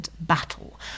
battle